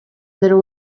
there